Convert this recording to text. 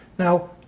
Now